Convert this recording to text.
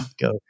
Go